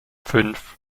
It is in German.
fünf